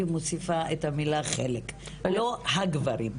מוסיפה את המילה "חלק מהגברים", לא "הגברים".